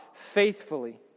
faithfully